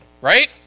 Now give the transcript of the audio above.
right